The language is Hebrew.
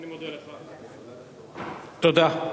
תודה.